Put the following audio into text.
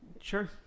Sure